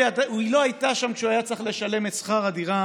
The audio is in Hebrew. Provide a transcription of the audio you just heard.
והיא לא הייתה שם כשהוא היה צריך לשלם את שכר הדירה.